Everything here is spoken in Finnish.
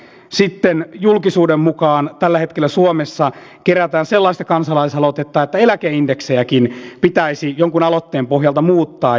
sitten julkisuuden mukaan tällä hetkellä suomessa kerätään sellaista kansalaisaloitetta että eläkeindeksejäkin pitäisi jonkun aloitteen pohjalta muuttaa